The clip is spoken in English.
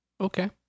Okay